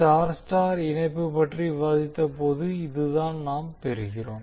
Y Y இணைப்பு பற்றி விவாதித்தபோது இதுதான் நாம் பெறுகிறோம்